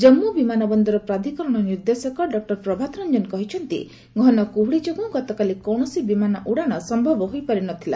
ଜାମ୍ମୁ ବିମାନ ବନ୍ଦର ପ୍ରାଧିକରଣ ନିର୍ଦ୍ଦେଶକ ଡକ୍ଟର ପ୍ରଭାତ ରଞ୍ଜନ କହିଛନ୍ତି ଯେ ଘନ କୁହୁଡ଼ି ଯୋଗୁଁ ଗତକାଲି କୌଣସି ବିମାନ ଉଡ଼ାଣ ସମ୍ଭବ ହୋଇପାରି ନଥିଲା